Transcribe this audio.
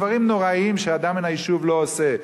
דברים נוראיים שאדם מן היישוב לא עושה.